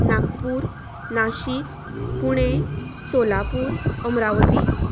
Nagpur Nashik Pune Solapur Amravati